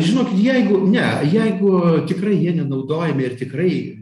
žinokit jeigu ne jeigu tikrai jie nenaudojami ir tikrai